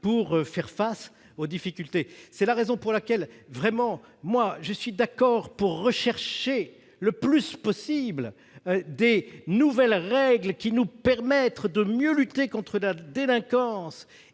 pour faire face aux difficultés. C'est la raison pour laquelle je suis d'accord pour rechercher le plus possible de nouvelles règles qui nous permettent de mieux lutter contre la délinquance